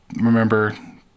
remember